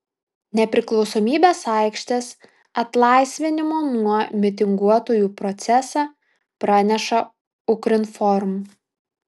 nepriklausomybės aikštės atlaisvinimo nuo mitinguotojų procesą praneša ukrinform